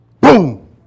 Boom